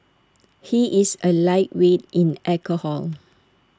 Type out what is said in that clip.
he is A lightweight in alcohol